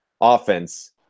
offense